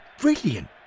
brilliant